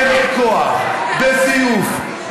בזיוף,